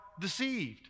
deceived